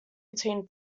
between